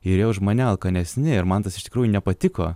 ir jie už mane alkanesni ir man tas iš tikrųjų nepatiko